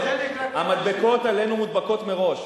המדבקות עלינו מודבקות מראש.